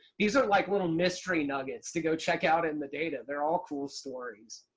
these are like little mystery nuggets to go check out in the data. they're all cool stories.